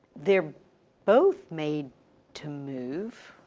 they're both made to move.